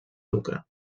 lucre